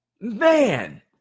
Man